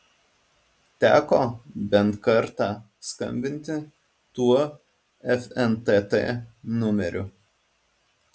teko bent kartą skambinti tuo fntt numeriu